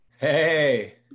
hey